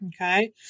Okay